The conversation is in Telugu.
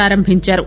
ప్రపారంభించారు